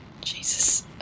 Jesus